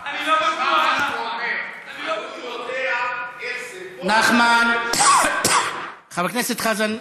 לא, אני יודע שהיית, אבל אתה יכול לחזור.